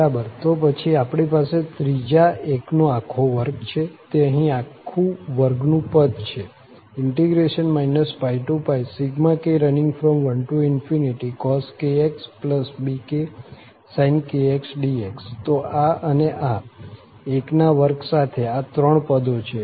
બરાબર તો પછી આપણી પાસે ત્રીજા એકનો આખો વર્ગ છે તે અહીં આખું વર્ગનું પદ છે πk1cos⁡bksin⁡dx તો આ અને આ એકના વર્ગ સાથે આ ત્રણ પદો છે